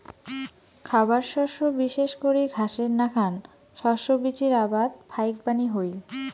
খাবার শস্য বিশেষ করি ঘাসের নাকান শস্য বীচির আবাদ ফাইকবানী হই